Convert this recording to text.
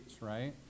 right